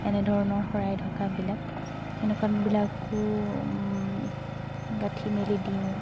এনেধৰণৰ শৰাই ঢকা বিলাক এনেকুৱা বিলাকো গাঁঠি মেলি দিওঁ